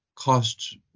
Costs